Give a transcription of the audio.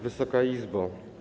Wysoka Izbo!